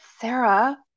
Sarah